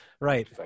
right